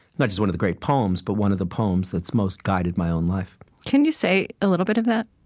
not just one of the great poems, but one of the poems that's most guided my own life can you say a little bit of that?